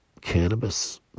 cannabis